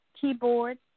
keyboard